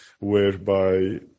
whereby